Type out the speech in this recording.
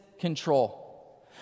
control